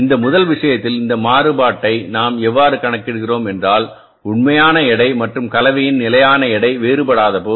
இந்த முதல் விஷயத்தில் இந்த மாறுபாட்டை நாம் எவ்வாறு கணக்கிடுகிறோம் என்றால் உண்மையான எடை மற்றும் கலவையின் நிலையான எடை வேறுபடாதபோது